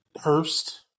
Hurst